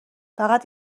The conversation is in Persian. فقط